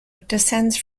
descends